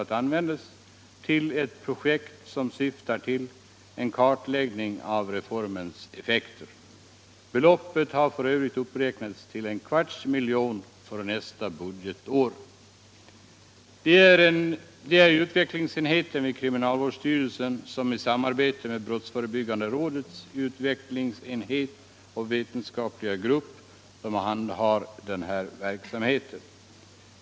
att användas till ett projekt som syftar till en kartläggning av reformens q Beloppet har f. ö. uppräknats till en kvarts miljon för nästa bud gbtår. i Det är utvecklingsenheten vid kriminalvårdsstyrelsen som i samarbete nved brottsförebyggande rådets utvecklingsenhet och vetenskapliga grupp 13 handhar denna verksamhet.